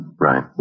Right